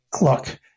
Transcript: look